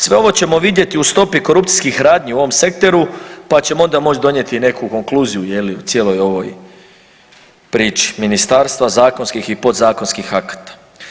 Sve ovo ćemo vidjeti u stopi korupcijskih radnji u ovom sektoru pa ćemo onda moći donijeti i neku konkluziju, jeli u cijeloj ovoj priči ministarstva, zakonskih i podzakonskih akata.